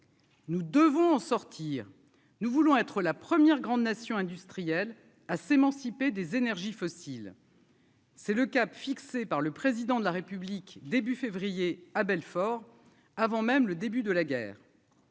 Nous devons sortir, nous voulons être la première grande nation industrielle à s'émanciper des énergies fossiles. C'est le cap fixé par le président de la République, début février, à Belfort, avant même le début de la guerre.